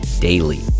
daily